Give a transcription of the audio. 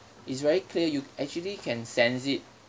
it's very clear you actually can sense it